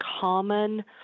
common